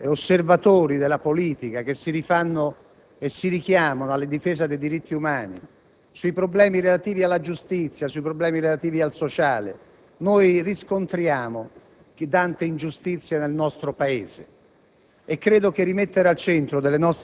oggi, ascoltando osservatori della politica che si rifanno e si richiamano alla difesa dei diritti umani sui problemi relativi alla giustizia, al sociale, riscontriamo le tante ingiustizie presenti nel nostro Paese.